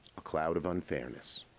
a cloud of unfairness.